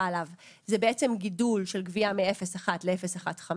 עליו זה בעצם גידול של גבייה מ-0.1 ל-0.15.